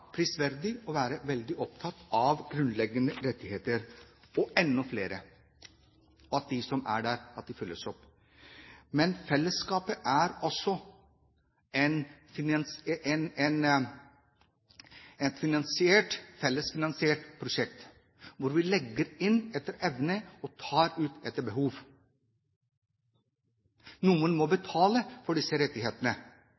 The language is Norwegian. prisverdig å være veldig opptatt av grunnleggende rettigheter og enda flere, og at de som er der, følges opp. Men fellesskapet er også et fellesfinansiert prosjekt, hvor vi legger inn etter evne og tar ut etter behov. Noen må